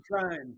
trying